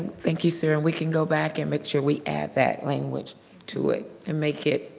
thank you sir and we can go back and make sure we add that language to it and make it